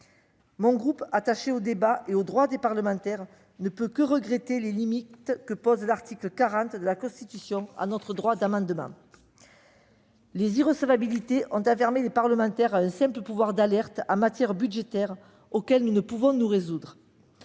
Mon groupe, attaché au débat et aux droits des parlementaires, ne peut que regretter les limites qu'oppose l'article 40 de la Constitution à notre droit d'amendement. Les irrecevabilités nous ont enfermés dans un simple pouvoir d'alerte en matière budgétaire ; nous ne pouvons nous y résoudre.